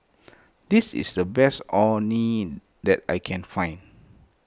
this is the best Orh Nee that I can find